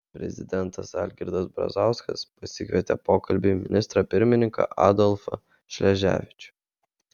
prezidentas algirdas brazauskas pasikvietė pokalbiui ministrą pirmininką adolfą šleževičių